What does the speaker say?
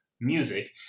music